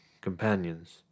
companions